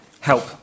help